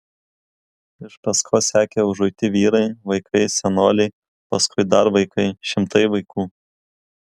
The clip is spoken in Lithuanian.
iš paskos sekė užuiti vyrai vaikai senoliai paskui dar vaikai šimtai vaikų